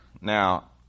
Now